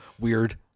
weird